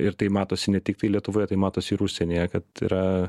ir tai matosi ne tiktai lietuvoje tai matosi ir užsienyje kad yra